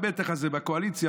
המתח הזה בקואליציה,